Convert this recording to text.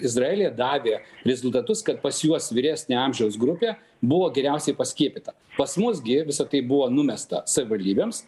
izraelyje davė rezultatus kad pas juos vyresnė amžiaus grupė buvo geriausiai paskiepyta pas mus gi visa tai buvo numesta savivaldybėms